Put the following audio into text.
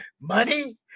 money